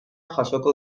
jasoko